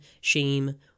shame